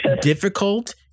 difficult